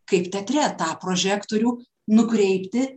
kaip teatre tą prožektorių nukreipti